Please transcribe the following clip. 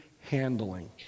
handling